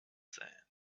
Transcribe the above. sand